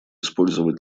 использовать